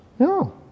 No